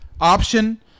option